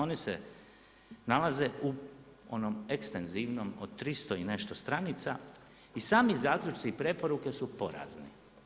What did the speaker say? Oni se nalaze u onom ekstenzivnom od 300 i nešto stranica i sami zaključci i preporuke su porazni.